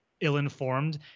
ill-informed